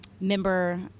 member